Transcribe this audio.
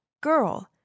girl